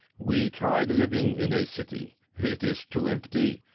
we tried living in a city. it is too empty.